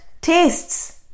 tastes